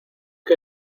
que